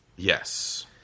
Yes